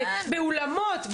באולמות,